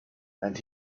and